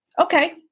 okay